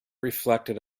reflected